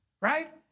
right